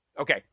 Okay